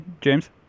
James